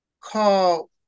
call